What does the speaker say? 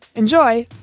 enjoy